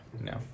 No